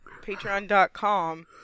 patreon.com